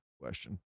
question